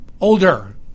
Older